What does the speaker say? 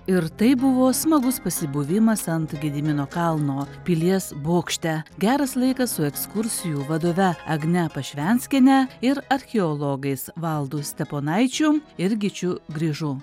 ir tai buvo smagus pasibuvimas ant gedimino kalno pilies bokšte geras laikas su ekskursijų vadove agne pašvenskiene ir archeologais valdu steponaičiu ir gyčiu grižu